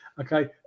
Okay